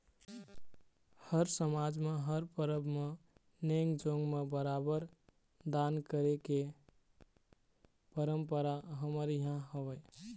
हर समाज म हर परब म नेंग जोंग म बरोबर दान करे के परंपरा हमर इहाँ हवय